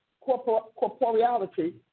corporeality